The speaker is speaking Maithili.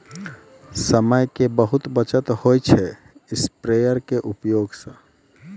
समय के बहुत बचत होय छै स्प्रेयर के उपयोग स